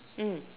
mm